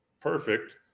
Perfect